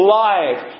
life